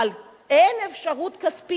אבל אין אפשרות כספית.